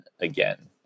again